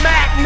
Mac